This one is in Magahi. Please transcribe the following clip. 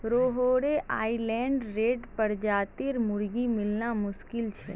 रहोड़े आइलैंड रेड प्रजातिर मुर्गी मिलना मुश्किल छ